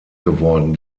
geworden